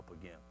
again